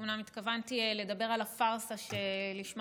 אומנם התכוונתי לדבר על הפארסה שלשמה